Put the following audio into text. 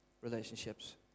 relationships